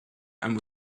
and